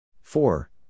Four